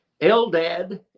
Eldad